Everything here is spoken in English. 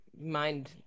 mind-